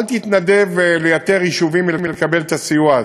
אל תתנדב לייתר יישובים מלקבל את הסיוע הזה.